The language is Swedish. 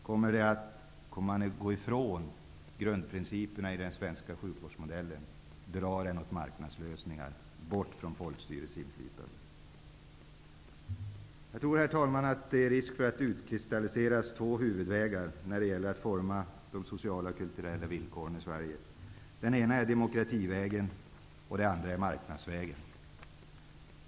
Kommer man att gå ifrån grundprinciperna i den svenska sjukvårdsmodellen -- mot marknadslösningar och bort från folkstyrelseinflytande? Herr talman! Det är risk för att två huvudvägar utkristalliseras när det gäller att forma de sociala och kulturella villkoren i Sverige. Den ena vägen är demokrativägen, den andra är marknadsvägen.